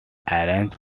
arranged